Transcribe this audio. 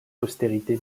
postérité